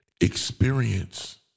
experience